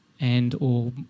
and/or